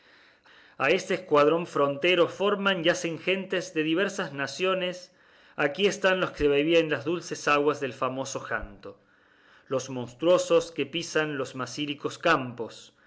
a este escuadrón frontero forman y hacen gentes de diversas naciones aquí están los que bebían las dulces aguas del famoso janto los montuosos que pisan los masílicos campos